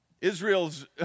Israel's